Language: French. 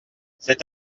cet